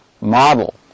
model